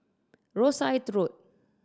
Rosyth Road